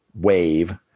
wave